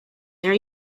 their